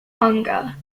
hunger